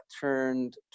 turned